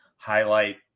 highlight